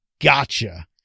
Gotcha